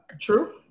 True